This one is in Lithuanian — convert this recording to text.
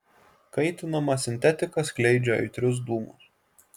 kaitinama sintetika skleidžia aitrius dūmus